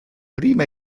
prima